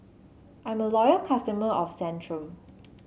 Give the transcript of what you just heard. I'm a loyal customer of Centrum